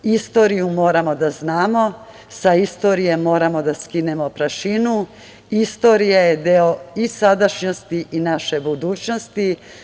Istoriju moramo da znamo, sa istorije moramo da skinemo prašinu, istorija je deo i sadašnjosti i naše budućnosti.